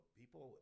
people